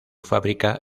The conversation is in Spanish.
fábrica